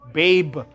babe